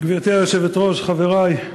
גברתי היושבת-ראש, חברי,